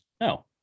No